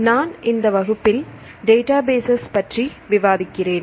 நான் இந்த வகுப்பில் டேட்டாபேசஸ் பற்றி விவாதிக்கிறேன்